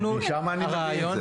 משם אני מביא את זה.